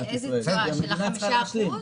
כי המדינה צריכה להשלים.